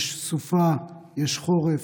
יש סופה, יש חורף.